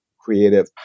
creative